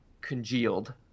congealed